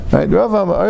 Right